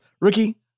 ricky